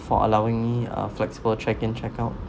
for allowing me uh flexible check in check out